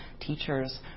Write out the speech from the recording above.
teachers